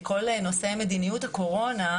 נושא מדיניות הקורונה,